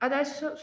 Adesso